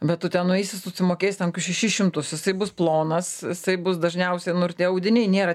bet tu ten nueisi susimokėsi ten kokius šešis šimtus jisai bus plonas jisai bus dažniausiai nu ir tie audiniai nėra